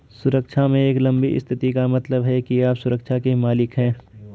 सुरक्षा में एक लंबी स्थिति का मतलब है कि आप सुरक्षा के मालिक हैं